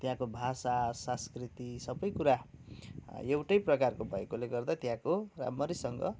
त्यहाँको भाषा सांस्कृति सबैकुरा एउटै प्रकारको भएकोले गर्दा त्यहाँको राम्ररीसँग